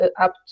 up